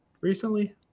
recently